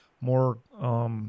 more –